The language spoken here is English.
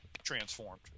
transformed